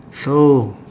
so